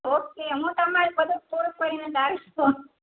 okay હું તમારું બધું પૂરું કરીને જ આવીશ હોં